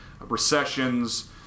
recessions